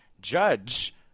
judge